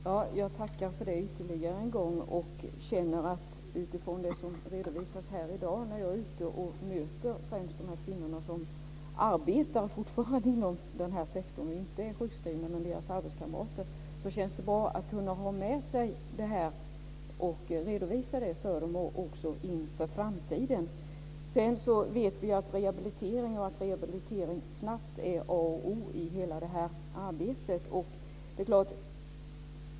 Herr talman! Jag tackar ytterligare en gång. Det känns bra att kunna ha med mig och redovisa det här när jag är ute och möter främst de kvinnor som fortfarande arbetar inom den här sektorn och som inte är sjukskrivna men deras arbetskamrater, också inför framtiden. Sedan vet vi att rehabilitering och rehabilitering snabbt är A och O i hela det här arbetet.